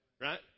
right